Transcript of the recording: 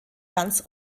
ganz